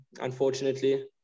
unfortunately